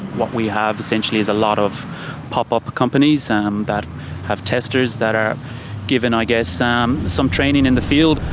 what we have essentially is a lot of pop up companies um that have testers that are given i guess ah um some training in the field,